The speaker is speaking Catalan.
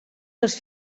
les